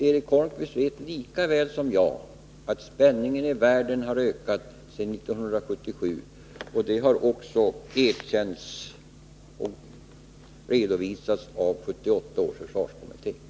Eric Holmqvist vet att spänningen i världen har ökat sedan 1977. Det har också redovisats av 1978 års försvarskommitté.